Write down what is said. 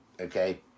okay